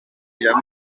rya